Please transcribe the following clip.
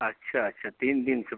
अच्छा अच्छा तीन दिन से